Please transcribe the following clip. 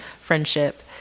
friendship